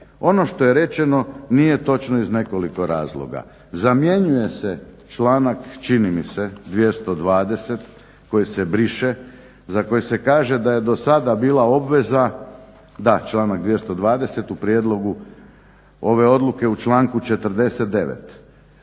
Ono što je rečeno nije točno iz nekoliko razloga. Zamjenjuje se članak čini mi se 220. koji se briše, za koji se kaže da je do sada bila obveza, da članak 220. u prijedlogu ove odluke u članku 49.